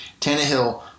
Tannehill